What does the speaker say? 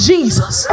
Jesus